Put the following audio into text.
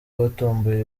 batomboye